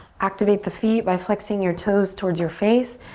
activate the feet by flexing your toes towards your face.